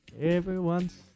Everyone's